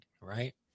right